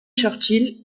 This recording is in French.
churchill